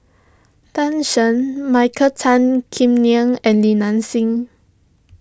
Tan Shen Michael Tan Kim Nei and Li Nanxing